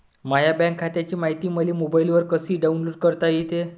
माह्या बँक खात्याची मायती मले मोबाईलवर कसी डाऊनलोड करता येते?